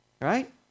right